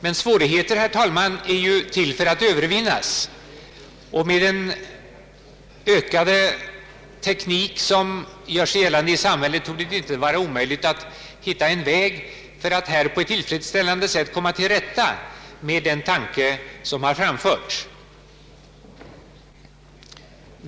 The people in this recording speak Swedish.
Men svårigheter, herr talman, är till för att övervinnas, och med den ökade teknik som gör sig gällande i samhället torde det inte vara omöjligt att hitta en väg för att på ett tillfredsställande sätt komma till rätta med problemet.